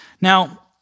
Now